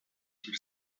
her